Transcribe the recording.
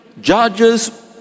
Judges